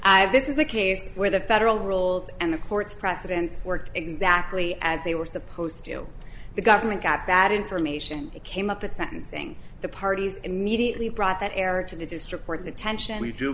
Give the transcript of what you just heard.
have this is the case where the federal rules and the court's precedents worked exactly as they were supposed to the government got bad information it came up at sentencing the parties immediately brought that error to the district court's attention